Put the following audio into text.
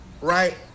right